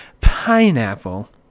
pineapple